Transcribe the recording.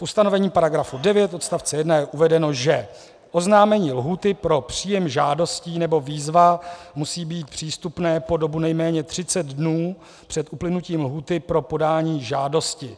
V ustanovení § 9 odst. 1 je uvedeno, že oznámení lhůty pro příjem žádostí nebo výzva musí být přístupné po dobu nejméně 30 dnů před uplynutím lhůty pro podání žádosti.